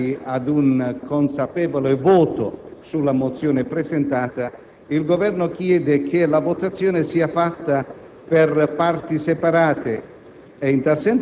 unitari ad un consapevole voto sulla mozione presentata, il Governo chiede che la votazione avvenga per parti separate.